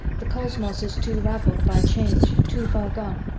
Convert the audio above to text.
the cosmos is too raveled by change, too far gone.